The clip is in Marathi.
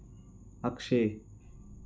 अक्षय